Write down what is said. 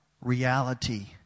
Reality